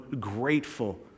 grateful